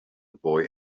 boy